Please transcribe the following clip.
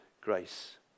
grace